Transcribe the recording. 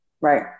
Right